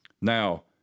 Now